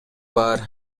бар